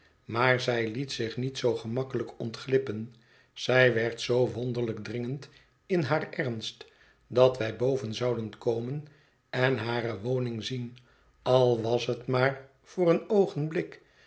maar zij liet zichniet zoo gemakkelijk ontglippen zij werd zoo wonderlijk dringend in haar ernst dat wij boven zouden komen en hare woning zien al was het maar voor een oogenblik